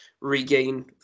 regain